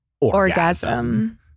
Orgasm